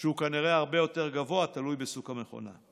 שהוא כנראה הרבה יותר גבוה, תלוי בסוג המכונה.